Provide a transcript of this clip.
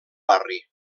barri